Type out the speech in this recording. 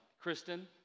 Kristen